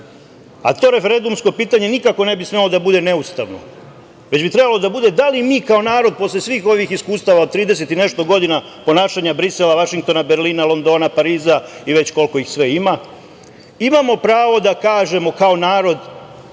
referendumsko pitanje nikako ne bi smelo da bude neustavno, već bi trebalo da bude da li mi kao narod posle svih ovih iskustava od 30 i nešto godina ponašanja Brisela, Vašingtona, Berlina, Londona, Pariza, i već koliko ih sve ima, imamo pravo da kažemo kao narod